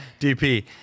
DP